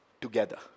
Together